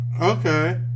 Okay